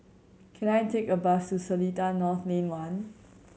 can I take a bus to Seletar North Lane One